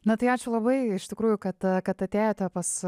na tai ačiū labai iš tikrųjų kad kad atėjote pas